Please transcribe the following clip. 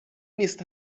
نیست